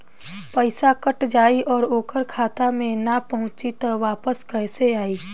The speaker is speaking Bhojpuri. पईसा कट जाई और ओकर खाता मे ना पहुंची त वापस कैसे आई?